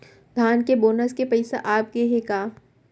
धान के बोनस के पइसा आप गे हे का?